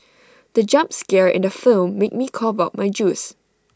the jump scare in the film made me cough out my juice